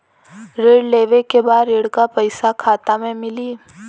ऋण लेवे के बाद ऋण का पैसा खाता में मिली?